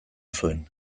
zuen